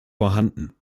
vorhanden